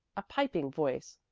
a piping voice,